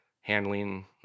handling